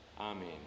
Amen